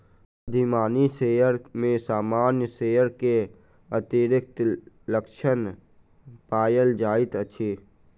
अधिमानी शेयर में सामान्य शेयर के अतिरिक्त लक्षण पायल जाइत अछि